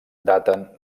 daten